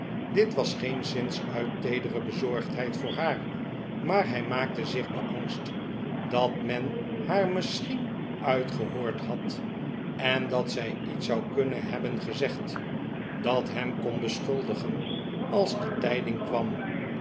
dit was geenszins uit teedere bezorgdheid voor haar maar hij maakte zich beangst dat men haar misschien uitgehoord had en dat zij iets zou kunnen hebben gezegd dat hem ton beschuldigen als de tijding kwam